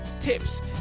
tips